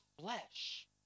flesh